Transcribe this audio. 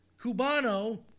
Cubano